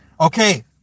Okay